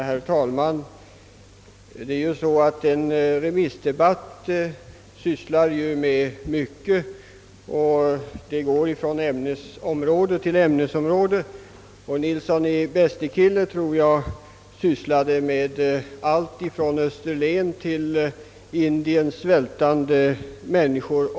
Herr talman! Det är ju så att en remissdebatt går från ämnesområde till ämnesområde. Jag tror att herr Nilsson i Bästekille talade om allt ifrån Österlen till Indiens svältande människor.